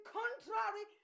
contrary